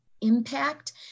impact